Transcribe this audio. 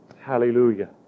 Hallelujah